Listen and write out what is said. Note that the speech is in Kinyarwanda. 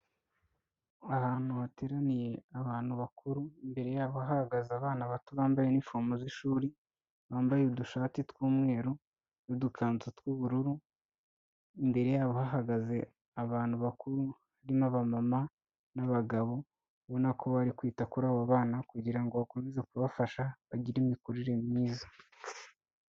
Ahantu hateraniye abantu bakuru imbere yabo hahagaze abana bato bambaye n'ifomu z'ishuri, bambaye udushati tw'umweru n'udukanzu tw'ubururu, imbere yabo hahagaze abantu bakuru, harimo abamama n'abagabo ubona ko bari kwita kuri abo bana kugira ngo bakomeze kubafasha bagire imikurire myiza.